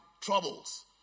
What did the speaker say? troubles